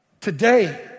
today